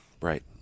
right